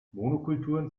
monokulturen